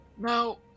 Now